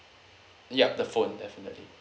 yup the phone definitely